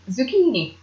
Zucchini